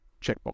checkbox